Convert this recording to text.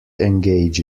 engage